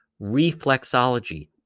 reflexology